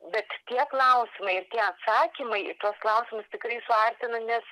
bet tie klausimai ir tie atsakymai į tuos klausimus tikrai suartina nes